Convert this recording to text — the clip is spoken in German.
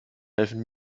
helfen